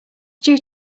due